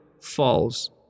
falls